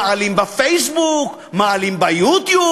מעלים בפייסבוק, מעלים ב"יוטיוב"